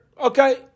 okay